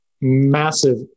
massive